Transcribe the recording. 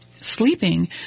sleeping